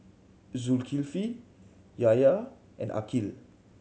Zulkifli Yahya and Aqil